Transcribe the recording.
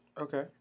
Okay